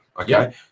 okay